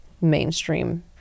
mainstream